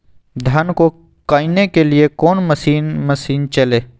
धन को कायने के लिए कौन मसीन मशीन चले?